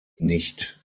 nicht